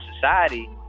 society